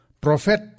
Prophet